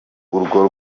urwo